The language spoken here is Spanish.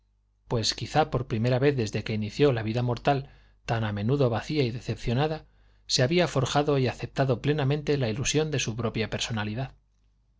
pues quizá por primera vez desde que inició la vida mortal tan a menudo vacía y decepcionada se había forjado y aceptado plenamente la ilusión de su propia personalidad